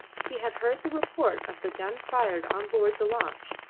he had heard the report of the gun fired on board the launch,